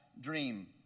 dream